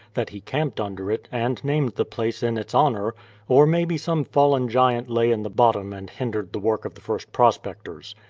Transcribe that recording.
that he camped under it, and named the place in its honor or, maybe, some fallen giant lay in the bottom and hindered the work of the first prospectors.